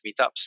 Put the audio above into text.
meetups